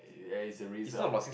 ya it's a risk ah